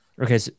Okay